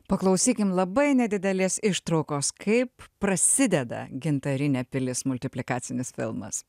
paklausykim labai nedidelės ištraukos kaip prasideda gintarinė pilis multiplikacinis filmas